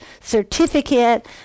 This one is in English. certificate